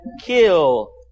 kill